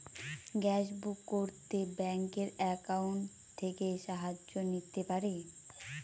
Gas book করতে ব্যাংকের account থেকে সাহায্য নিতে পারি?